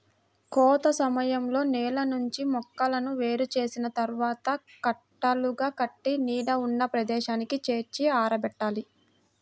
కోత సమయంలో నేల నుంచి మొక్కలను వేరు చేసిన తర్వాత కట్టలుగా కట్టి నీడ ఉన్న ప్రదేశానికి చేర్చి ఆరబెట్టాలి